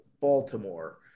Baltimore